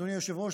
אדוני היושב-ראש,